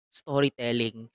storytelling